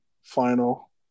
final